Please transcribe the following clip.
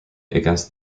against